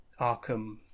Arkham